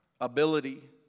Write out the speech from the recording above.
ability